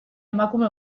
emakume